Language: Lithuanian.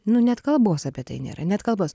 nu net kalbos apie tai nėra net kalbos